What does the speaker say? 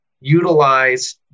utilize